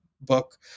book